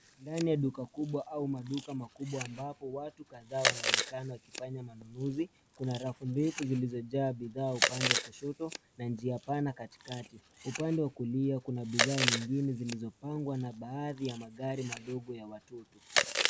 Ndani ya duka kubwa au maduka makubwa ambapo watu kadhaa wanaonekana wakifanya manunuzi. Kuna rafu ndefu zilizojaa bidhaa upande wa kushoto na njia pana katikati. Upande wa kulia kuna bidhaa nyingine zilizopangwa na baadhi ya magari madogo ya watoto.